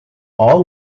all